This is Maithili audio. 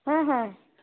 हँ हँ